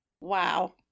Wow